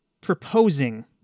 proposing